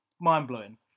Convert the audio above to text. mind-blowing